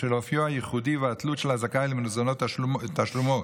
בשל אופיו הייחודי והתלות של הזכאי בתשלום מזונות,